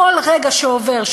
כל רגע שעובר,